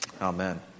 Amen